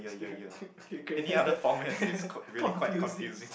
confusing